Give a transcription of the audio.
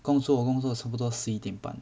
工作工作差不多十一点半